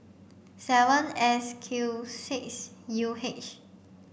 seven S Q six U H